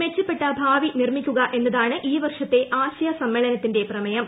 മെച്ചപ്പെട്ട ഭീപ്പി ്നിർമ്മിക്കുക എന്നതാണ് ഈ വർഷത്തെ ആശയ സമ്മേളനിത്തിന്റെ പ്രമേയം